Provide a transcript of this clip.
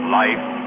life